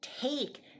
take